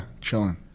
Chilling